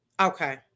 okay